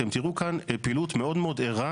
אתם תיראו כאן פעילות מאוד מאוד ערה